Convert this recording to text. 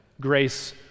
grace